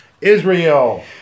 Israel